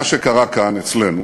מה שקרה כאן, אצלנו,